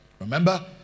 Remember